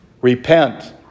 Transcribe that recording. Repent